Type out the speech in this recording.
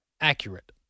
accurate